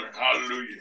Hallelujah